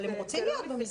אבל הם רוצים להיות במסגרת.